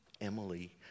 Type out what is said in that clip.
Emily